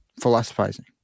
philosophizing